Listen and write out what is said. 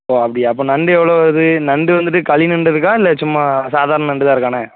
ஓ அப்படியா அப்போது நண்டு எவ்வளோ வருது நண்டு வந்துட்டு களி நண்டு இருக்கா இல்லை சும்மா சாதாரண நண்டு தான் இருக்காண்ணா